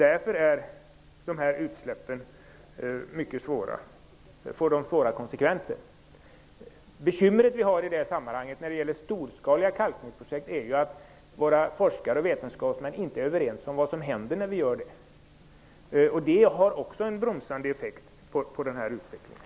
Därför får utsläppen där svåra konsekvenser. Ett bekymmer som vi har vid storskaliga kalkningsprojekt är att våra forskare och vetenskapsmän inte är överens om vad som händer i samband med dem. Också det har en bromsande effekt på utvecklingen på detta område.